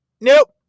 Nope